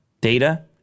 data